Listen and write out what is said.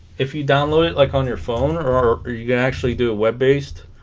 if you download it like on your phone or you can actually do a web-based